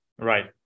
right